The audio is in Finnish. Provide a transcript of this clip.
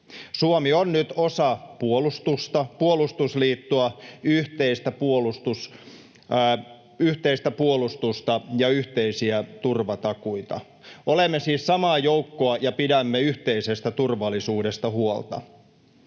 Suomi on nyt osa puolustusta, puolustusliittoa, yhteistä puolustusta ja yhteisiä turvatakuita. Olemme siis samaa joukkoa ja pidämme yhteisestä turvallisuudesta huolta.